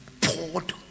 poured